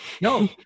No